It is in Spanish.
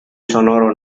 sonoro